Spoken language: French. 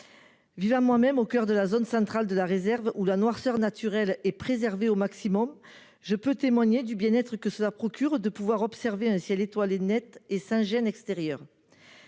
Veeva moi même au coeur de la zone centrale de la réserve ou la noirceur naturel et préserver au maximum je peux témoigner du bien-être que cela procure de pouvoir observer un ciel étoilé Net est-ce un gène extérieur.